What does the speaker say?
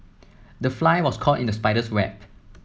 the fly was caught in the spider's web